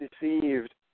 deceived